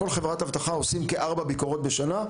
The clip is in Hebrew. בכל חברת אבטחה עושים כארבע ביקורות בשנה,